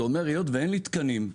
זה אומר שהיות ואין לי תקנים,